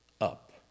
up